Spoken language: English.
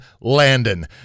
Landon